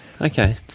Okay